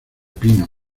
pinos